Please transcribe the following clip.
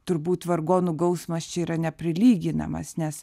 turbūt vargonų gausmas čia yra neprilyginamas nes